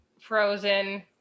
Frozen